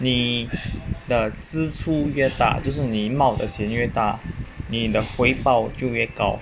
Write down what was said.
你的支出越大就是你冒得险越大你的回报就越高